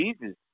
Jesus